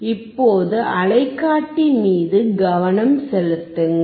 இப்போது அலைக்காட்டி மீது கவனம் செலுத்துங்கள்